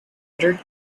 thread